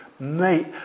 Mate